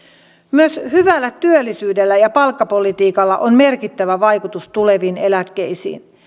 myös hyvällä työllisyydellä ja palkkapolitiikalla on merkittävä vaikutus tuleviin eläkkeisiin